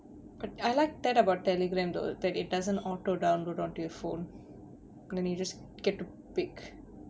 but I like that about telegram though that it doesn't auto download onto your phone and you just get to pick